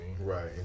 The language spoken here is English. Right